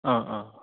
ओह ओह ओह